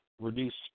reduce